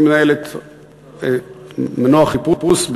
היא מנהלת מנוע חיפוש,